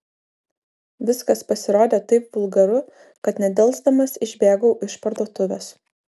viskas pasirodė taip vulgaru kad nedelsdamas išbėgau iš parduotuvės